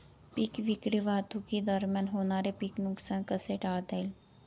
पीक विक्री वाहतुकीदरम्यान होणारे पीक नुकसान कसे टाळता येईल?